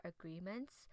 Agreements